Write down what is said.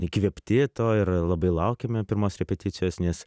įkvėpti to ir labai laukiame pirmos repeticijos nes